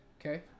Okay